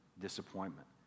disappointment